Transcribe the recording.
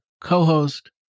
co-host